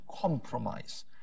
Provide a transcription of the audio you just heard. compromise